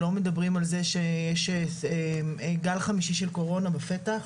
מדברים על זה שיש גל חמישי של קורונה בפתח.